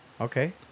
Okay